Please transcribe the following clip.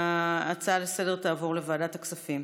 ההצעה לסדר-היום תעבור לוועדת הכספים.